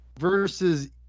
versus